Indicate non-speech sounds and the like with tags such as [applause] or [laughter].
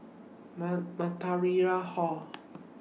[unintelligible] Hall